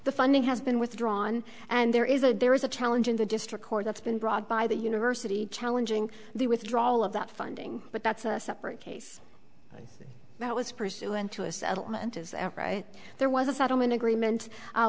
the funding has been withdrawn and there is a there is a challenge in the district court that's been brought by the university challenging the withdrawal of that funding but that's a separate case that was pursuant to a settlement as there was a settlement agreement